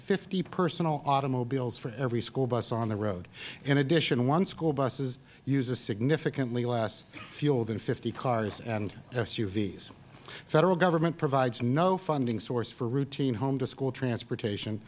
fifty personal automobiles for every school bus on the road in addition one school bus uses significantly less fuel than fifty cars and suvs the federal government provides no funding source for routine home to school transportation